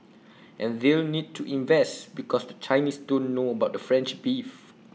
and they'll need to invest because the Chinese don't know about the French beef